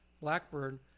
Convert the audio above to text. blackbird